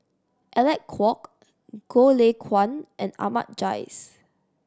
Alec Kuok Goh Lay Kuan and Ahmad Jais